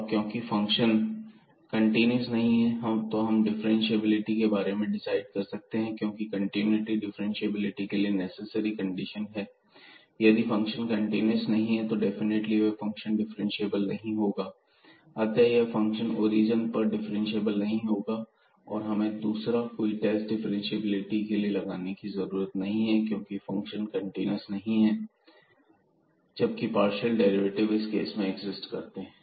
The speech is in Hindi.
और क्योंकि फंक्शन कंटीन्यूअस नहीं है हम डिफरेंटशिएबिलिटी के बारे में डिसाइड कर सकते हैं क्योंकि कंटिन्यूटी डिफरेंटशिएबिलिटी के लिए नेसेसरी कंडीशन है यदि फंक्शन कंटीन्यूअस नहीं है तो डेफिनेटली वह फंक्शन डिफ्रेंशिएबल नहीं होगा अतः यह फंक्शन ओरिजन पर डिफ्रेंशिएबल नहीं है हमें और दूसरा कोई टेस्ट डिफरेंटशिएबिलिटी के लिए लगाने की जरूरत नहीं है क्योंकि फंक्शन कंटीन्यूअस नहीं है जबकि पार्शियल डेरिवेटिव इस केस में एक्सिस्ट करते हैं